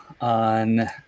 on